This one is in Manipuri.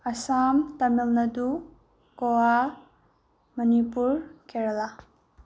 ꯑꯁꯥꯝ ꯇꯥꯃꯤꯜ ꯅꯥꯗꯨ ꯒꯋꯥ ꯃꯅꯤꯄꯨꯔ ꯀꯦꯔꯦꯂꯥ